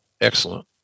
excellent